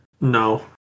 no